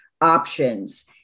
options